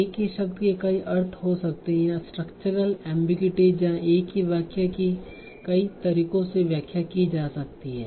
एक ही शब्द के कई अर्थ हो सकते हैं या स्ट्रक्चरल एमबीगुइटी जहां एक ही वाक्य की कई तरीकों से व्याख्या की जा सकती है